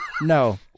no